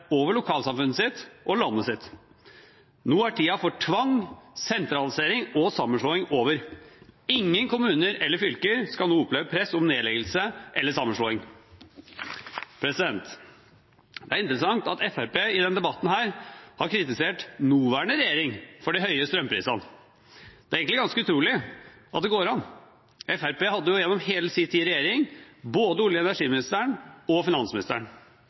over lokalsamfunnet og landet sitt. Nå er tiden for tvang, sentralisering og sammenslåing over. Ingen kommuner eller fylker skal nå oppleve press om nedleggelse eller sammenslåing. Det er interessant at Fremskrittspartiet i denne debatten har kritisert nåværende regjering for de høye strømprisene. Det er egentlig ganske utrolig at det går an. Fremskrittspartiet hadde jo gjennom hele sin tid i regjering både olje- og energiministeren og finansministeren,